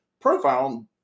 profile